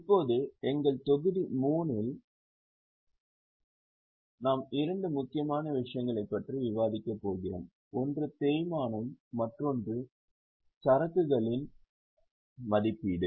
இப்போது தொகுதி 3 இல் நாம் இரண்டு முக்கியமான விஷயங்களைப் பற்றி விவாதிக்கப் போகிறோம் ஒன்று தேய்மானம் மற்றொன்று சரக்குகளின் மதிப்பீடு